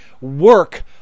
work